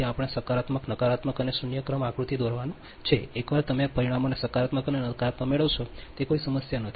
તેથી આપણે સકારાત્મક નકારાત્મક અને શૂન્ય ક્રમ આકૃતિ દોરવાનું છે એકવાર તમે પરિમાણોને સકારાત્મક અને નકારાત્મક મેળવશો તે કોઈ સમસ્યા નથી